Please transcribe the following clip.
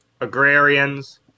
agrarians